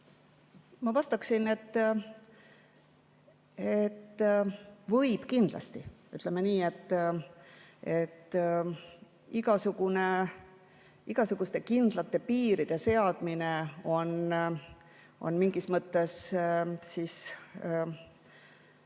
Ma vastaksin, et võib kindlasti. Ütleme nii, et igasuguste kindlate piiride seadmine on mingis mõttes